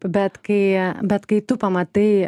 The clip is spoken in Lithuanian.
bet kai bet kai tu pamatai